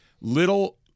little